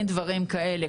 אין דברים כאלה.